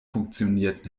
funktioniert